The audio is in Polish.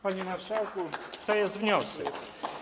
Panie marszałku, to jest wniosek.